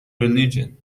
religion